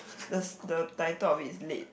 the the title of it is late